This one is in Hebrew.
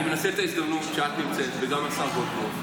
אני מנצל את ההזדמנות שאת נמצאת וגם השר גולדקנופ,